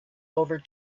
over